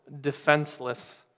defenseless